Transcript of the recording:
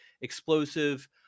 explosive